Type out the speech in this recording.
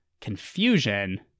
confusion